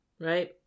right